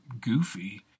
goofy